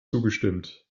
zugestimmt